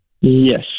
Yes